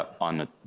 on